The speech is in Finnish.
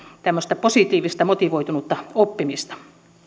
tämmöistä positiivista motivoitunutta oppimista